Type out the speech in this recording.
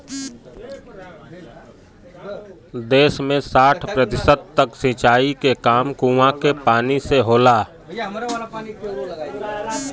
देस में साठ प्रतिशत तक सिंचाई के काम कूंआ के पानी से होला